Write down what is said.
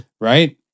Right